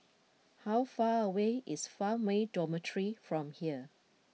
how far away is Farmway Dormitory from here